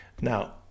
now